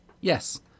Yes